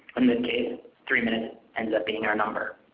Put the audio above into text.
in this case, three minutes ends up being our number.